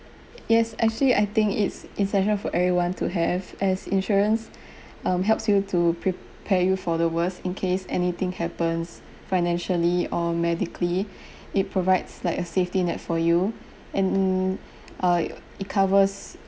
yes actually I think it's it's essential for everyone to have as insurance um helps you to prepare you for the worst in case anything happens financially or medically it provides like a safety net for you and uh w~ it covers